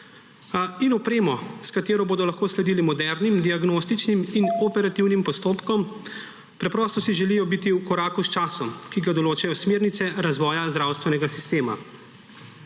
in opremo, s katero bodo lahko sledili modernim diagnostičnim in operativnim postopkom. Preprosto si želijo biti v koraku s časom, ki ga določajo smernice razvoja zdravstvenega sistema.